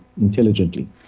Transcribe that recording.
intelligently